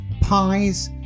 Pies